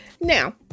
now